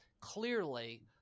clearly